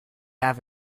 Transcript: have